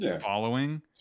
following